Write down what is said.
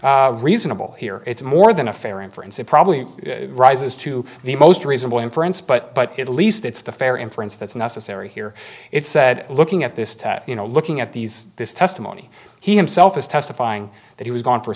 reasonable here it's more than a fair inference it probably rises to the most reasonable inference but at least it's the fair inference that's necessary here it's said looking at this tat you know looking at these this testimony he himself is testifying that he was gone for